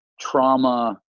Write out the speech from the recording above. trauma